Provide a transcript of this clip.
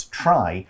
try